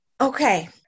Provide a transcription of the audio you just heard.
Okay